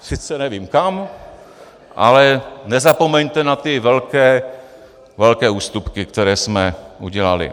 Sice nevím kam, ale nezapomeňte na ty velké ústupky, které jsme udělali.